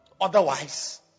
Otherwise